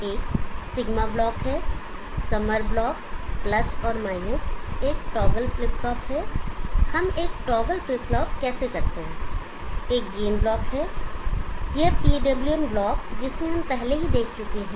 एक sigma block है summer block और एक टॉगल फ्लिप फ्लॉप है हम एक टॉगल फ्लिप फ्लॉप कैसे करते हैं एक गेन ब्लॉक है यह PWM ब्लॉक जिसे हम पहले ही देख चुके हैं